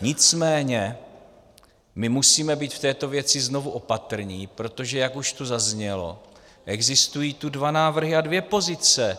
Nicméně my musíme být v této věci znovu opatrní, protože, jak už tu zaznělo, existují tu dva návrhy a dvě pozice.